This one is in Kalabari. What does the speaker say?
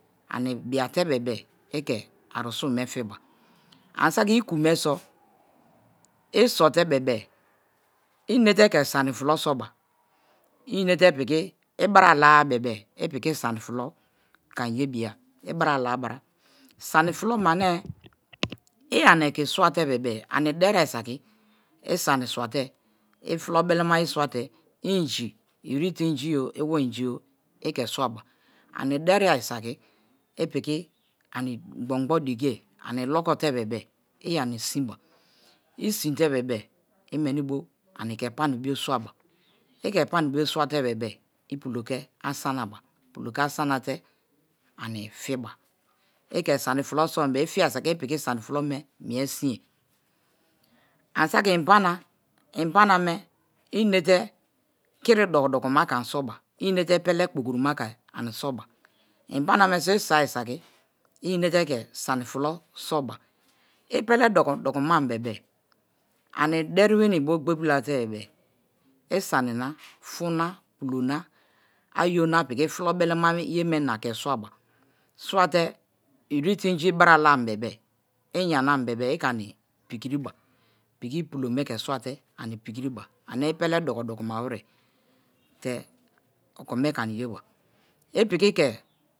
Ani biate bebe ike̱ arume fiba ani saki uku me̱ so̱ i sote̱ bebe̱ i̱ i̱nate ke̱ sani fulo soba inete piki ibara la-a bebe-e ipiki sani fulo ke̱ aniyebiye ibara la-a bara. Sani fulo me̱ ane̱ iyani eki swate bebe ani dariye saki i sani swate, i flo belemaye swate̱ i inji, irite inji o iwo inji o, ike swaba. Ani deriye saki i piki ani gbon-gbon diki ani lokote bebe-e iyani sinba i sirite bebe-e imeni bo ani ke̱ pani bo swaba i ke̱ paiu bo swate bebe-e ipulo ke̱ asana, pulo ke̱ asanate ani fiba. I ke̱ sani fulo sombe-e i fiari saka i piki sani flome mie sinye. Ani saki inbaname i inete kiri doko dokomaba ke̱ ani soba i inete pele gboro-gboro ma ke̱ ani soba, imbaname i soi saki i inete ke̱ sani flo soba i pele doko dokoma bebe-e, ani de̱ri̱we ni bo gboritiri late̱-e̱ be̱e̱ i sani na fun na, pulo na, ayo na, piki fulo belemaye̱ me̱ ke̱ swaka, swate irite inji ibara la-am bebee iyanan be̱be̱-e ikani pikiriba piki pulo me̱ ke̱ swate ani pikiriba, ane̱ ipele doko-doko ma we̱re̱te̱ okome̱ ke̱ ani̱ ye̱ba. I piki̱ ke̱.